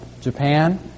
Japan